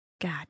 God